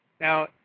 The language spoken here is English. Now